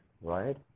right